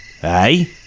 Hey